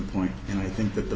point and i think that the